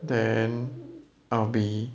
then I'll be